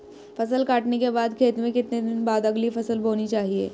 फसल काटने के बाद खेत में कितने दिन बाद अगली फसल बोनी चाहिये?